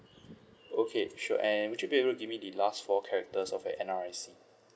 okay sure and would you be able to give me the last four characters of your N_R_I_C